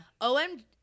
OMG